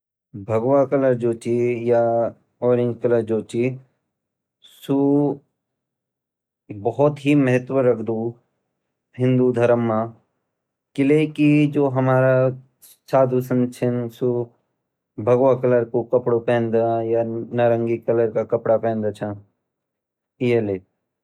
नारंगी रंग लाल रंग की ऊर्जा और पीला रंग की ख़ुशी थें जोड़दू। यू रंग उत्साह, ख़ुशी, इच्छा, प्यास जनी भावनाओं से जुड़यूं होंदू। यू मस्तिष्क मा ऑक्सीजन की आपूर्ती बढोंदू। जै से कि सफूर्तीदायक प्रभाव पैदा होंदिन। यू रचनात्मकता और प्रेरणा से जुड़यु होंदू। यू दिमाग़ थें उत्तेजित करदू और अभिनव सोच थें प्रोत्साहित करदू। ये थें शरद ऋतु कू रंग भी माणे जांदू। या बदलता पत्तों की छाया च।